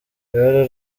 ibara